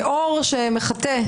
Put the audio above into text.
אור השמש מחטא.